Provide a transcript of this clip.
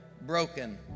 broken